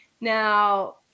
Now